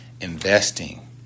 investing